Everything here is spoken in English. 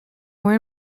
more